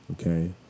okay